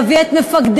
נביא את מפקדינו,